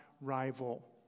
rival